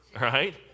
right